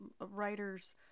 writers